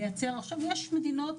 יש מדינות,